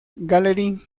gallery